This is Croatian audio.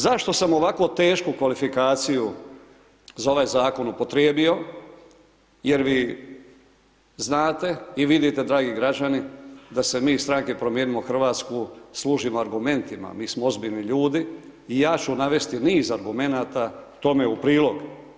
Zašto sam ovakvu tešku kvalifikaciju za ovaj zakon upotrijebio, jer vi znate i vidite dragi građani, da se mi iz stranke Promijenimo Hrvatsku služimo argumentima, mi smo ozbiljni ljudi i ja ću navesti niz argumenata tome u prilog.